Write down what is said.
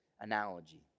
analogy